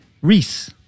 Reese